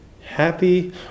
happy